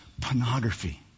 pornography